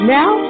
Now